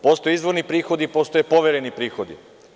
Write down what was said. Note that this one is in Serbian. Postoje izvorni prihodi i postoje povereni prihodi.